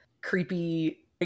creepy